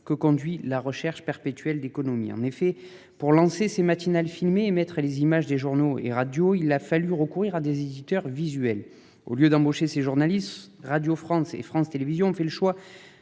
que conduit la recherche perpétuelle d'économie en effet pour lancer ces matinales filmées émettre les images des journaux et radios. Il a fallu recourir à des éditeurs visuel au lieu d'embaucher ses journalistes, Radio France et France Télévisions ont fait le choix